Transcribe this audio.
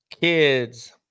kids